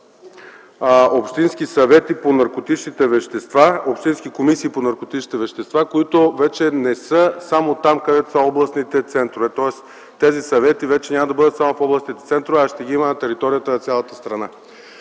общински съвети по наркотичните вещества, общински комисии по наркотичните вещества, които вече не са само там, където са областните центрове. Тоест тези съвети вече няма да бъдат само по областните центрове, а ще ги има на територията на цялата страна.